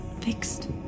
fixed